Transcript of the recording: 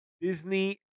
Disney